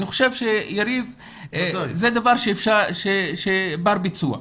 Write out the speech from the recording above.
זה דבר בר-ביצוע.